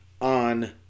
on